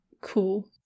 cool